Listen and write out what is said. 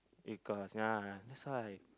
because ya that's why